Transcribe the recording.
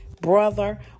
brother